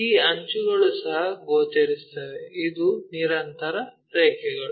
ಈ ಅಂಚುಗಳು ಸಹ ಗೋಚರಿಸುತ್ತವೆ ಇದು ನಿರಂತರ ರೇಖೆಗಳು